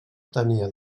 tenia